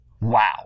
Wow